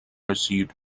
received